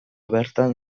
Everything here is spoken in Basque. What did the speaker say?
bertan